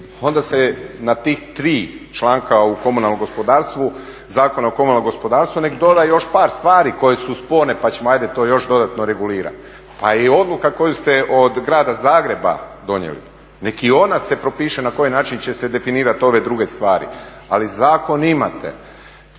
onda se na tih 3 članka u komunalnom gospodarstvu Zakona o komunalnom gospodarstvu nek doda još par stvari koje su sporne pa ćemo ajde to još dodatno regulirat. Pa i odluka koju ste od Grada Zagreba donijeli nek i ona se propiše na koji način će se definirat ove druge stvari, ali zakon imate.